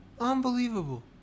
Unbelievable